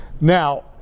Now